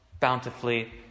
bountifully